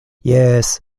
jes